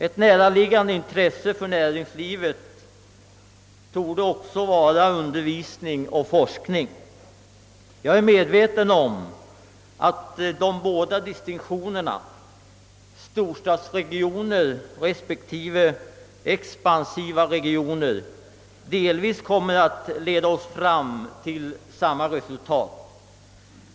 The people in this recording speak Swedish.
Ett näraliggande intresse för näringslivet torde också vara undervisning och forskning. Jag är medveten om att de båda distinktionerna — storstadsregioner respektive expansiva regioner — kommer att leda oss fram till delvis samma resultat.